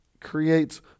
creates